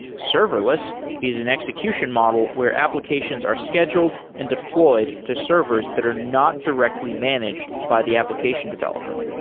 serverless is an execution model where applications are scheduled and deployed to servers that are not directly managed by the application developer.